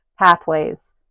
pathways